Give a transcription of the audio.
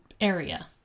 area